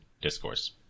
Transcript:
discourse